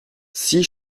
six